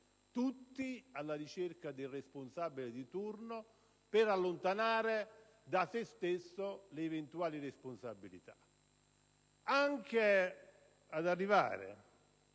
tutti alla ricerca di un responsabile di turno per allontanare da sé stessi eventuali responsabilità, fino ad arrivare,